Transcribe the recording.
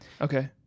Okay